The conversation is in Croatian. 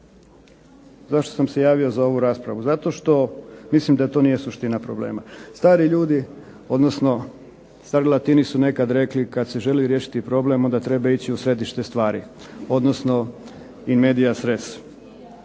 zašto sam se javio za ovu raspravu? Zato što mislim da to nije suština problema. Stari ljudi, odnosno stari Latini su nekad rekli kad se želi riješiti problem onda treba ići u središte stvari, odnosno in medias res.